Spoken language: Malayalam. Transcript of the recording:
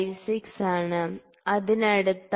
56 ആണ് അതിനടുത്താണ്